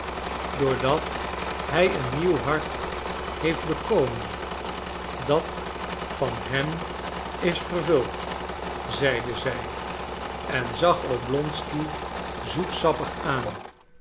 doordat hij een nieuw hart heeft bekomen dat van hem is vervuld zeide zij en zag oblonsky zoetsappig aan